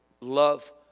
Love